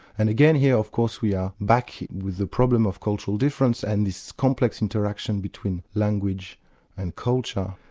and again here of course we are back with the problem of cultural difference and this complex interaction between language and culture.